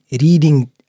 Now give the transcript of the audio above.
reading